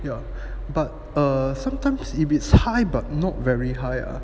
ya but err sometimes if it's high but not very high ah